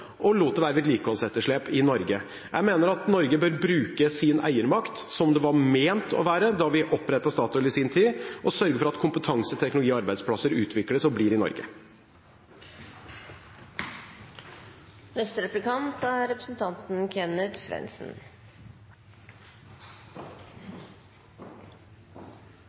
og lot det være vedlikeholdsetterslep i Norge. Jeg mener at Norge bør bruke sin eiermakt slik den var ment da vi opprettet Statoil i sin tid, og sørge for at kompetanse, teknologi og arbeidsplasser utvikles og blir i Norge.